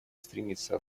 стремится